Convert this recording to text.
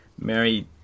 Mary